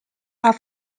are